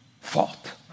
fault